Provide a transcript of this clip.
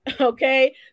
Okay